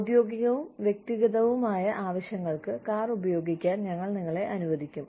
ഔദ്യോഗികവും വ്യക്തിഗതവുമായ ആവശ്യങ്ങൾക്ക് കാർ ഉപയോഗിക്കാൻ ഞങ്ങൾ നിങ്ങളെ അനുവദിക്കും